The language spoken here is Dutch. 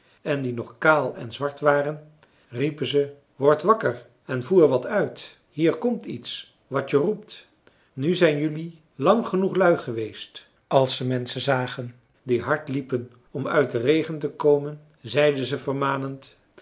en die nog kaal en zwart waren riepen ze word wakker en voer wat uit hier komt iets wat je roept nu zijn jelui lang genoeg lui geweest als ze menschen zagen die hard liepen om uit den regen te komen zeiden ze